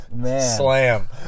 Slam